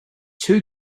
two